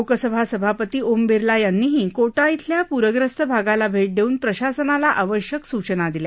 लोकसभा सभापती ओम बिरला यांनीही कोटा खिल्या पूरग्रस्त भागास भेट देऊन प्रशासनाला आवश्यक सूचना दिल्या